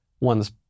one's